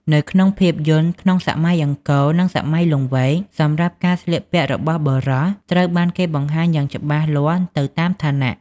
នៅក្នុងភាពយន្តក្នុងសម័យអង្គរ និងសម័យលង្វែក សម្រាប់ការស្លៀកពាក់របស់បុរស ត្រូវបានគេបង្ហាញយ៉ាងច្បាស់លាស់ទៅតាមឋានៈ។